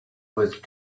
with